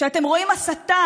כשאתם רואים הסתה